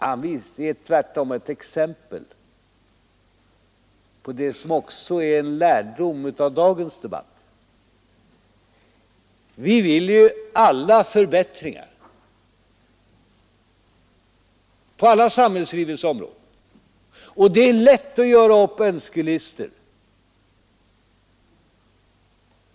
Han är ju tvärtom ett exempel på det som också är en lärdom av dagens debatt. Alla vill vi ju ha förbättringar på alla samhällslivets områden, och det är lätt att göra upp önskelistor.